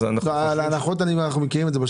אנחנו חשבנו על